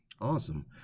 Awesome